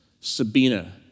Sabina